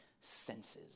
senses